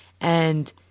and-